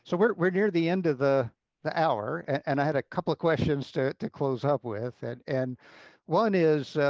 so we're we're near the end of the the hour. and i had a couple of questions to to close up with. and one is,